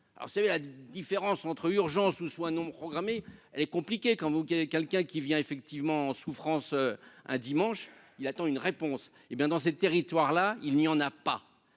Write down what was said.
alors vous savez, la différence entre urgence ou soins non programmés, elle est compliqué quand vous qui avez quelqu'un qui vient effectivement souffrance un dimanche, il attend une réponse, hé bien dans ces territoires, là il n'y en a pas,